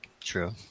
True